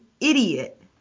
idiot